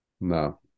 No